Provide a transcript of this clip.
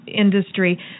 industry